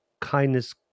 Kindness